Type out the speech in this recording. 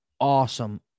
awesome